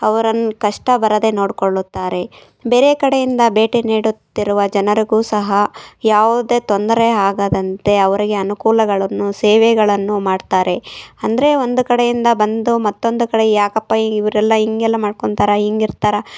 ಅವರನ್ನು ಕಷ್ಟ ಬರದೇ ನೋಡಿಕೊಳ್ಳುತ್ತಾರೆ ಬೇರೆ ಕಡೆಯಿಂದ ಭೇಟಿ ನೀಡುತ್ತಿರುವ ಜನರಿಗೂ ಸಹ ಯಾವುದೇ ತೊಂದರೆ ಆಗದಂತೆ ಅವ್ರಿಗೆ ಅನುಕೂಲಗಳನ್ನು ಸೇವೆಗಳನ್ನು ಮಾಡ್ತಾರೆ ಅಂದ್ರೆ ಒಂದು ಕಡೆಯಿಂದ ಬಂದು ಮತ್ತೊಂದು ಕಡೆ ಯಾಕಪ್ಪ ಇವರೆಲ್ಲ ಹೀಗೆಲ್ಲ ಮಾಡ್ಕೊಳ್ತಾರಾ ಹಿಂಗಿರ್ತಾರ